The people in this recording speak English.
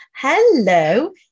Hello